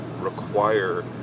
require